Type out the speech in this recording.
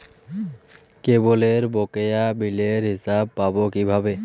কেবলের বকেয়া বিলের হিসাব পাব কিভাবে?